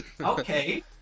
okay